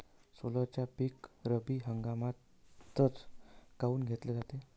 सोल्याचं पीक रब्बी हंगामातच काऊन घेतलं जाते?